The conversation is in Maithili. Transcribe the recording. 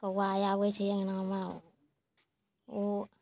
कौआ आबै छै अङ्गनामे ओहो